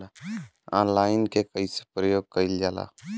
Online के कइसे प्रयोग कइल जाला?